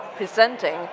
presenting